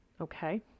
Okay